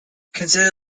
consider